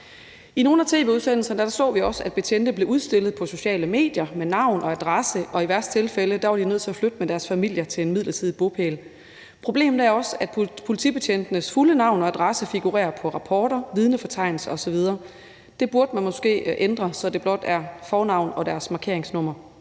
I nogle af tv-udsendelserne så vi også, at betjente blev udstillet på sociale medier med navn og adresse, og i værste tilfælde var de nødt til at flytte med deres familier til en midlertidig bopæl. Problemet er også, at politibetjentenes fulde navn og adresse figurerer på rapporter, vidnefortegnelser osv. Det burde man måske ændre, så det blot er fornavn og deres markeringsnummer.